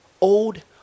old